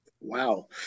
Wow